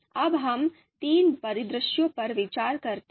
अब हम तीन परिदृश्यों पर विचार करते हैं